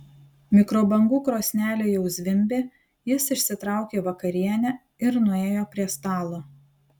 mikrobangų krosnelė jau zvimbė jis išsitraukė vakarienę ir nuėjo prie stalo